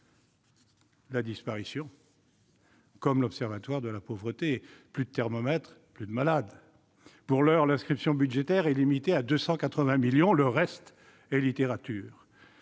avez décidé celle de l'Observatoire de la pauvreté. Plus de thermomètre, plus de malade ... Pour l'heure, l'inscription budgétaire est limitée à 280 millions d'euros. Le reste est littérature